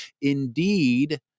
indeed